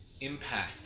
impact